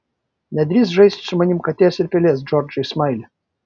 nedrįsk žaisti su manimi katės ir pelės džordžai smaili